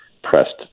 pressed